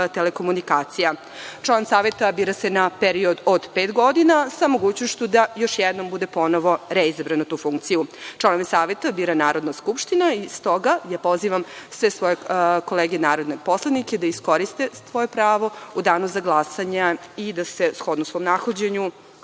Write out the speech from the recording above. telekomunikacija. Član Saveta bira se na period od pet godina, sa mogućnošću da još jednom bude ponovo reizabran na tu funkciju. Članove Saveta bira Narodna skupština. Stoga pozivam sve svoje kolege narodne poslanike da iskoriste svoje pravo u danu za glasanje i da se shodno svom nahođenju